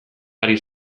ari